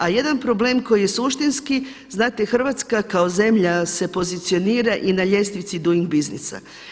A jedan problem koji je suštinski, znate Hrvatska kao zemlja se pozicionira i na ljestvici Doing Businessa.